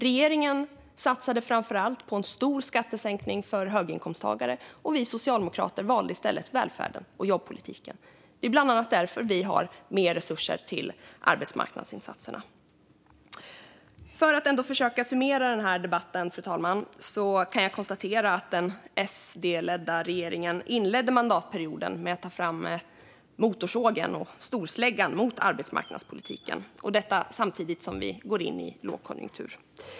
Regeringen satsade framför allt på en stor skattesänkning för höginkomsttagare, och vi socialdemokrater valde i stället välfärden och jobbpolitiken. Det är bland annat därför vi har mer resurser till arbetsmarknadsinsatserna. Jag ska försöka summera denna debatt, fru talman. Jag kan konstatera att den SD-ledda regeringen inledde mandatperioden med att ta fram motorsågen och storsläggan mot arbetsmarknadspolitiken. Detta sker samtidigt som vi går in i lågkonjunktur.